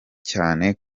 cyane